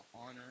honor